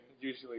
usually